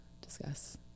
discuss